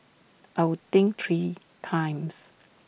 I would think three times